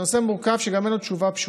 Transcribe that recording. זה נושא מורכב, שגם אין לו תשובה פשוטה.